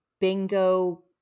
bingo